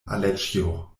aleĉjo